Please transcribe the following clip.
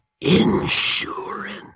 Insurance